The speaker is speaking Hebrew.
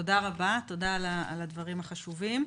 תודה על הדברים החשובים.